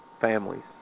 families